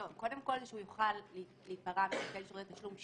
קודם כל שהוא יוכל להיפרע מנותן שירות התשלום שלו,